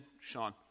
Sean